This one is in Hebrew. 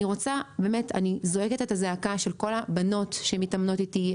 אני זועקת את הזעקה של כל הבנות שמתאמנות איתי,